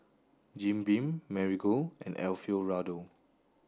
Jim Beam Marigold and Alfio Raldo